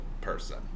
person